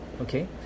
Okay